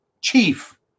Chief